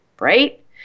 right